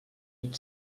vuit